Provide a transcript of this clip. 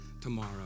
tomorrow